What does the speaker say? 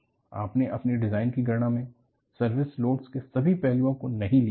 आपने अपनी डिजाइन की गणना में सर्विस लोड के सभी पहलुओं को नहीं लिया होगा